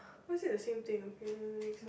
why is it the same thing okay never mind next one